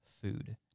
food